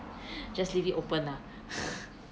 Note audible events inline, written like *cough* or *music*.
just leave it open lah *breath*